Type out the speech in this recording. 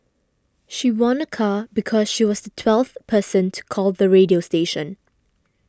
she won a car because she was twelfth person to call the radio station